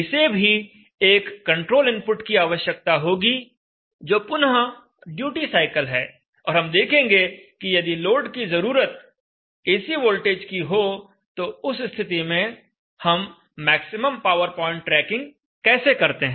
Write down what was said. इसे भी एक कंट्रोल इनपुट की आवश्यकता होगी जो पुनः ड्यूटी साइकिल है और हम देखेंगे कि यदि लोड की जरूरत एसी वोल्टेज की हो तो उस स्थिति में हम मैक्सिमम पावर प्वाइंट ट्रैकिंग कैसे करते हैं